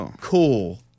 cool